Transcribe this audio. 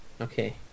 Okay